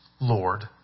Lord